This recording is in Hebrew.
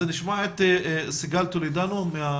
נשמע את סיגל טולדנו.